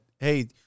Hey